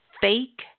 Fake